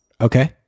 Okay